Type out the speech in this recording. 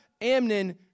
Amnon